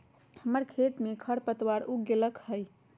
हमर खेत में खरपतवार उग गेल हई